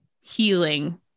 healing